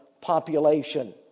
population